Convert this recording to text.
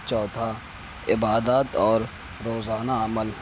چوتھا عبادات اور روزانہ عمل